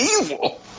evil